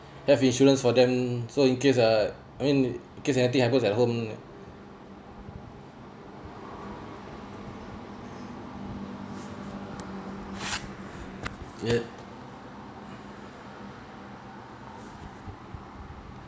buy insurance for them so in case uh I mean in case anything happens at home ya